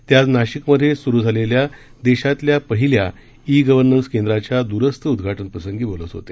ते आज नाशिकमध्ये सुरू झालेल्या देशातल्या पहिल्या ई गर्व्हनस केंद्राच्या दूरस्थ उद्घाटन प्रसंगी बोलत होते